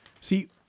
See